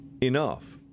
enough